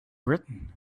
written